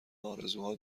ارزوها